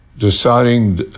deciding